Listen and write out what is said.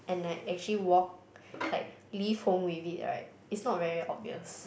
and I actually walk like leave home with it right it's not very obvious